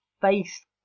face